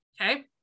okay